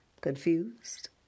confused